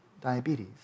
diabetes